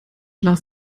las